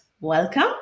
welcome